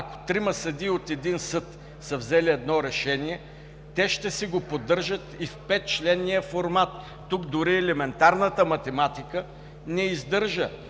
Ако трима съдии от един съд са взели едно решение, те ще си го поддържат и в петчленния формат. Тук дори елементарната математика не издържа,